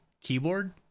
keyboard